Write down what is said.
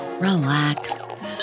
relax